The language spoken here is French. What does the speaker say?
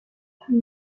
plus